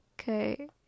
okay